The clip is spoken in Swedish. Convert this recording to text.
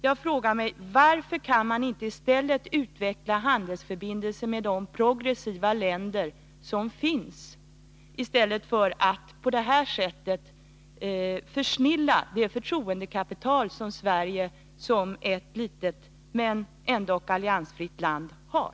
Jag frågar mig: Varför kan man inte utveckla handelsförbindelser med de progressiva länder som finns i stället för att på det här sättet försnilla det förtroendekapital som Sverige som ett litet men ändå alliansfritt land har?